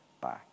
Bye